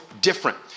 different